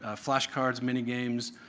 ah flashcards, mini-games,